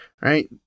right